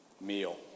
meal